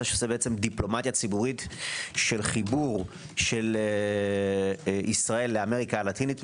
שעושה דיפלומטיה ציבורית של חיבור של ישראל לאמריקה הלטינית.